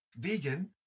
vegan